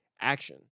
action